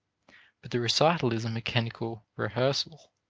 but the recital is a mechanical rehearsal.